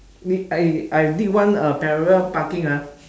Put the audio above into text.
did I I did one uh parallel parking ah